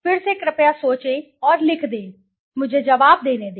फिर से आप कृपया सोचें और लिख दें मुझे जवाब देने दें